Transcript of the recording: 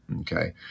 Okay